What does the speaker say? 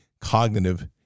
cognitive